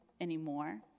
anymore